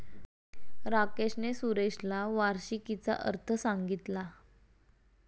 राकेशने सुरेशला वार्षिकीचा अर्थ सांगितला